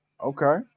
okay